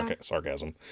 Sarcasm